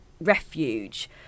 refuge